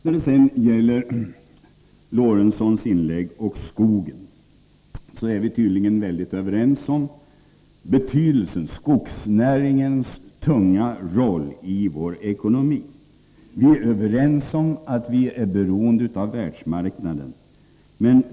När det sedan gäller Sven Eric Lorentzons inlägg vill jag säga att vi tydligen är överens om skogsnäringens tunga roll i vår ekonomi. Vi är överens om att vi är beroende av världsmarknaden.